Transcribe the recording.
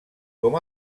com